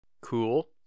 cool